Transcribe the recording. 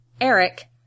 Eric